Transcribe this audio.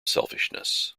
selfishness